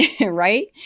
right